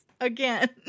again